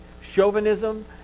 chauvinism